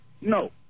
no